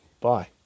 Bye